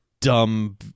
dumb